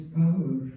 power